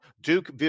Duke